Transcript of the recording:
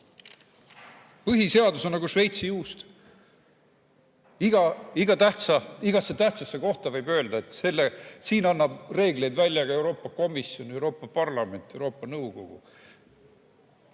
põhiseadus on nagu Šveitsi juust. Igasse tähtsasse kohta võib öelda, et siin annab reegleid välja ka Euroopa Komisjon, Euroopa Parlament ja Euroopa Nõukogu.